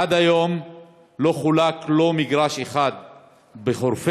עד היום לא חולק מגרש אחד בחורפיש,